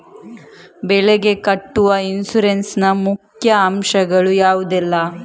ಬೆಳೆಗೆ ಕಟ್ಟುವ ಇನ್ಸೂರೆನ್ಸ್ ನ ಮುಖ್ಯ ಅಂಶ ಗಳು ಯಾವುದೆಲ್ಲ?